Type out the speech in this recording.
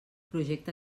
projecte